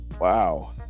wow